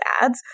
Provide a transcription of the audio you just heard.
ads